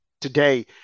today